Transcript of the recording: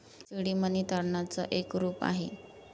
seed money तारणाच एक रूप आहे